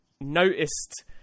noticed